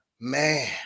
Man